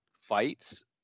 fights